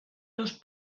los